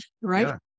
right